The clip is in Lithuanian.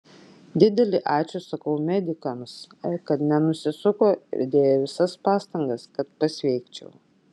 didelį ačiū sakau medikams kad nenusisuko ir dėjo visas pastangas kad pasveikčiau